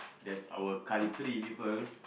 that's our country people